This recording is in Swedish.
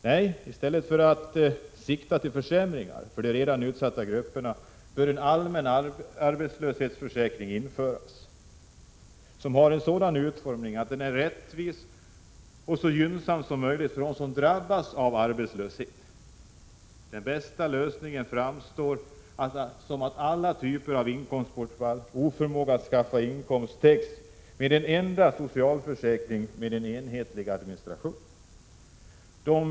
Nej, i stället för att sikta till försämringar för de redan utsatta grupperna bör en allmän arbetslöshetsförsäkring införas som har en sådan utformning att den är rättvis och så gynnsam som möjligt för dem som drabbas av arbetslöshet. Den bästa lösningen framstår som att alla typer av inkomstbortfall och oförmåga att skaffa inkomst täcks med en enda socialförsäkring med en enhetlig administration.